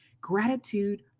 gratitude